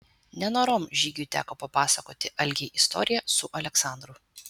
nenorom žygiui teko papasakoti algei istoriją su aleksandru